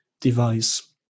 device